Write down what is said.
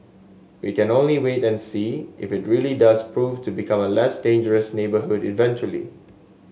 we can only wait and see if it really does prove to become a less dangerous neighbourhood eventually